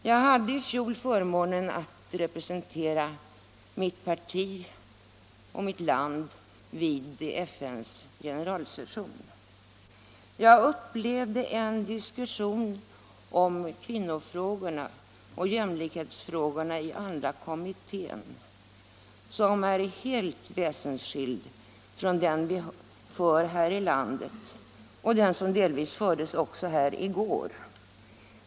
Jag hade i fjol förmånen att representera mitt parti och mitt land vid FN:s generalsession. Jag upplevde i andra kommittén en diskussion om kvinnofrågorna och jämlikhetsfrågorna som är helt väsenskild från den vi för här i landet och den som delvis fördes också här i kammaren i går.